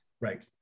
Right